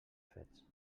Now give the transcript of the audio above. fets